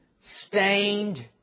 stained